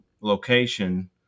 location